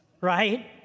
right